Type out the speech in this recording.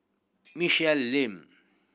Michelle Lim